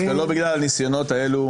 דווקא לא בגלל הניסיונות האלה,